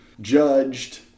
judged